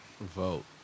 Vote